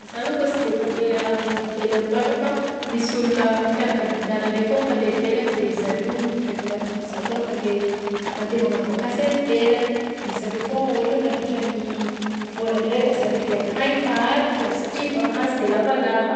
Zaho alohaka sy de mpandeha any ivelany loatra fa misy olona fianankaviànanay foagna mandeha ivelany de zareo indraika agnatin'ny isan-taona mandeha mandeha magnano vakansy any ivelany de zareo foagna ohatra hoe mandritran'ny vôlan-draika zareo de akagny maharitra satria vakansy de lavalava.